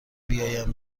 بیایم